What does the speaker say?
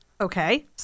Okay